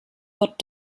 wird